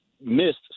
missed